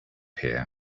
here